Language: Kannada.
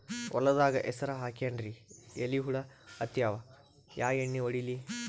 ಹೊಲದಾಗ ಹೆಸರ ಹಾಕಿನ್ರಿ, ಎಲಿ ಹುಳ ಹತ್ಯಾವ, ಯಾ ಎಣ್ಣೀ ಹೊಡಿಲಿ?